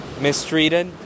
mistreated